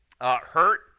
hurt